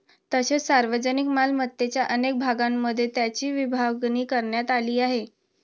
तसेच सार्वजनिक मालमत्तेच्या अनेक भागांमध्ये त्याची विभागणी करण्यात आली आहे